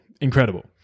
Incredible